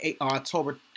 October